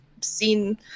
seen